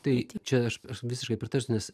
tai čia aš visiškai pritarsiu nes